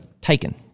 taken